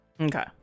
Okay